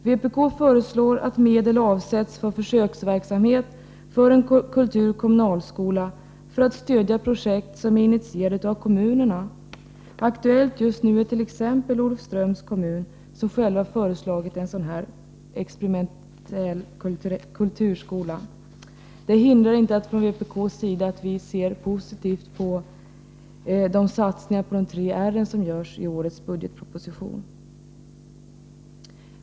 Vpk föreslår att medel avsätts för försöksverksamhet med en kommunal kulturskola för att stödja projekt som är initierade av kommunerna — aktuell just nu är t.ex. Olofströms kommun, som själv föreslagit en sådan här experimentell kulturskola. Detta hindrar inte att vi från vpk ser positivt på de satsningar på de tre R:en som görs i årets budgetproposition.